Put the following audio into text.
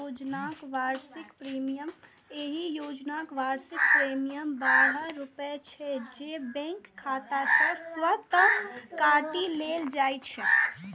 एहि योजनाक वार्षिक प्रीमियम बारह रुपैया छै, जे बैंक खाता सं स्वतः काटि लेल जाइ छै